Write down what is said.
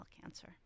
cancer